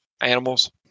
animals